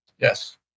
Yes